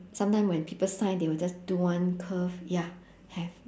sometime when people sign they will just do one curve ya have